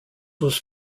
was